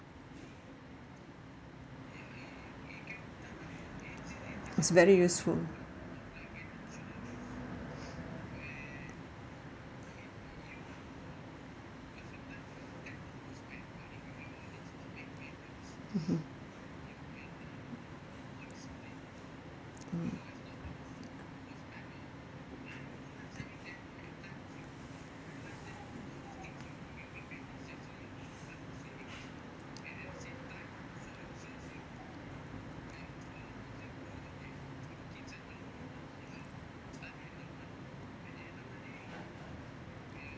is very useful mmhmm mm